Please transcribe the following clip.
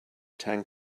tank